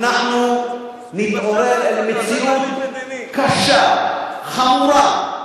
אנחנו נתעורר אל מציאות קשה, וחמורה,